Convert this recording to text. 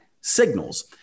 signals